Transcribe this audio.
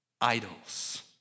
idols